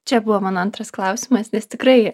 čia buvo mano antras klausimas nes tikrai